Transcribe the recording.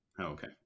Okay